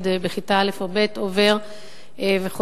היא הובאה לשולחני כהצעה של הורים שכולים ששכלו את